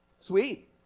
Sweet